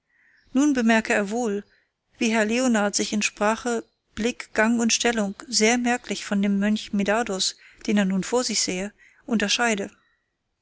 nun bemerke er wohl wie herr leonard sich in sprache blick gang und stellung sehr merklich von dem mönch medardus den er nun vor sich sehe unterscheide